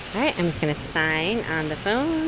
i'm just going to sign on the phone